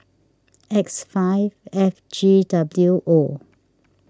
X five F G W O